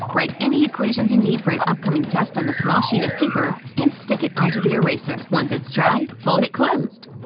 write any equations you need for an upcoming test on a small sheet of paper and stick it onto the eraser. once it's dry, fold it closed!